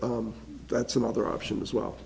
that's another option as well